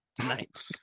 tonight